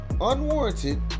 unwarranted